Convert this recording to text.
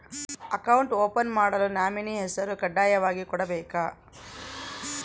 Account open ಮಾಡಲು nominee ಹೆಸರು ಕಡ್ಡಾಯವಾಗಿ ಕೊಡಬೇಕಾ?